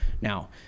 Now